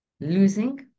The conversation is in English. losing